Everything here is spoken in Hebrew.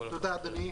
תודה, אדוני.